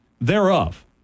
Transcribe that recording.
thereof